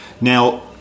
now